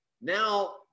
Now